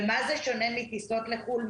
במה זה שונה מטיסות לחו"ל,